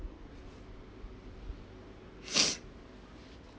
ya